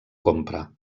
compra